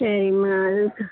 சரிங்கம்மா அது